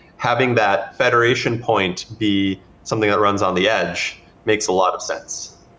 having that federation points be something that runs on the edge makes a lot of sense.